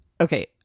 okay